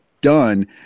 done